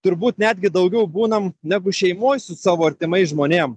turbūt netgi daugiau būnam negu šeimoj su savo artimais žmonėm